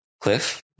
Cliff